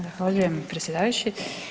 Zahvaljujem predsjedavajući.